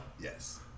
Yes